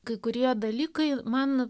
kai kurie dalykai man